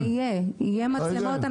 יהיו מצלמות.